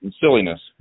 silliness